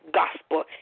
gospel